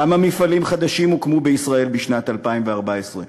כמה מפעלים חדשים הוקמו בישראל בשנת 2014?